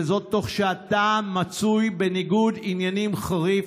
וזאת תוך שאתה מצוי בניגוד עניינים חריף,